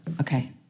Okay